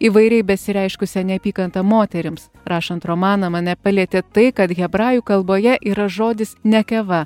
įvairiai besireiškusią neapykantą moterims rašant romaną mane palietė tai kad hebrajų kalboje yra žodis nekeva